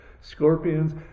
scorpions